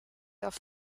auf